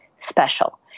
special